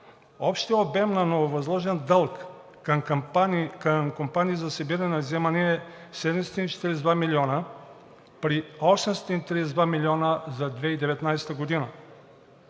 общият обем на нововъзложен дълг към компании за събиране на вземания е 742 милиона при 832 милиона за 2019 г.